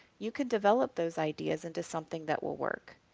you can develop those ideas into something that will work.